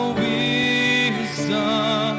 wisdom